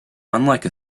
unlike